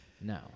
no